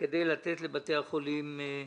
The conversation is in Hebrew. כדי לתת לבתי החולים.